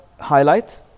highlight